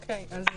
אני רוצה